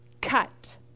cut